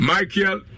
Michael